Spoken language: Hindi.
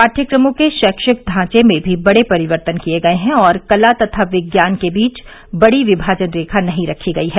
पाठ्यक्रमों के शैक्षिक ढांचे में भी बड़े परिवर्तन किए गए हैं और कला तथा विज्ञान के बीच बड़ी विभाजन रेखा नहीं रखी गई है